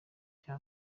irya